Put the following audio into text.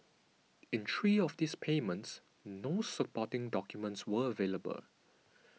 in three of these payments no supporting documents were available